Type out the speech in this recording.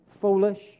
foolish